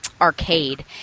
arcade